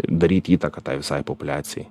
daryti įtaką tai visai populiacijai